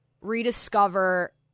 rediscover